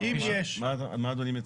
מה אדוני מציע?